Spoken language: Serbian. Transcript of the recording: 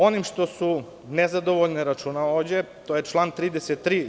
Ono čime su nezadovoljne računovođe, to je član 33.